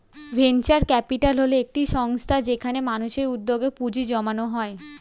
venture capital হল একটি সংস্থা যেখানে মানুষের উদ্যোগে পুঁজি জমানো হয়